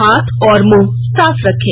हाथ और मुंह साफ रखें